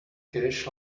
cash